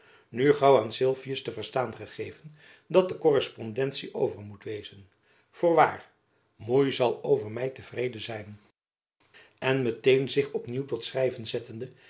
nu gaauw aan sylvius te verstaan gegeven dat de korrespondentie over moet wezen voorwaar moei zal over my te vrede zijn en met-een zich op nieuw tot schrijven zettende